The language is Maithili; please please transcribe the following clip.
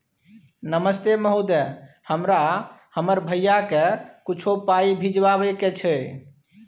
नमस्ते महोदय, हमरा हमर भैया के कुछो पाई भिजवावे के छै?